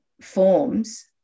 forms